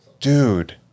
Dude